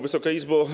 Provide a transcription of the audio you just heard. Wysoka Izbo!